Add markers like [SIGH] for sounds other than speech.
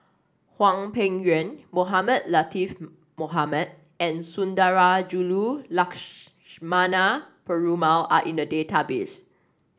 Hwang Peng Yuan Mohamed Latiff Mohamed and Sundarajulu [UNINTELLIGIBLE] Perumal are in the database